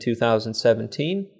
2017